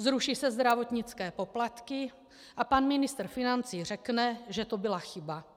Zruší se zdravotnické poplatky, a pan ministr financí řekne, že to byla chyba.